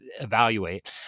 evaluate